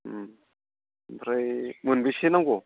ओमफ्राय मोनबेसे नांगौ